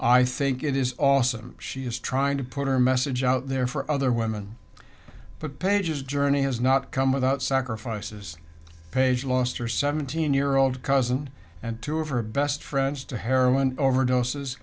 i think it is awesome she is trying to put her message out there for other women but pages journey has not come without sacrifices page lost her seventeen year old cousin and two of her best friends to heroin overdoses